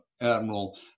admiral